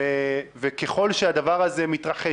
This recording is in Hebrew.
וככל שהדבר הזה מתרחש,